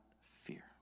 fear